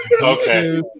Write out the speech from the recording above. Okay